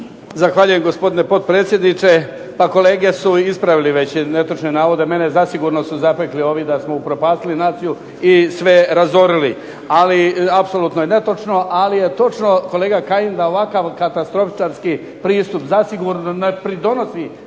Zahvaljuje gospodine potpredsjedniče. Pa kolege su ispravili već netočne navode. Mene zasigurno su zapekli ovi da smo upropastili naciju i sve razorili. Ali apsolutno je netočno. Ali je točno kolega Kajin da ovakav katastrofičarski pristup zasigurno ne pridonosi